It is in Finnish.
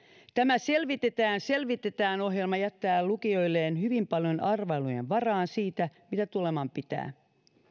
tämä selvitetään selvitetään ohjelma jättää lukijoilleen hyvin paljon arvailujen varaan siitä mitä tuleman pitää